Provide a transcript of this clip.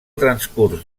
transcurs